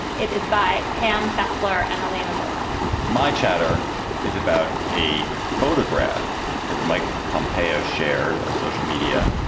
it is by pam fessler and alaina moore my chapter is about a photograph that mike pompeo shared on social media.